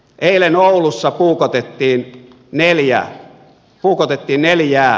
eilen oulussa puukotettiin neljää nuorta ihmistä